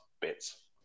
bits